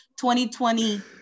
2020